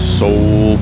soul